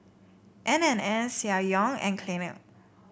N and N Ssangyong and Clinique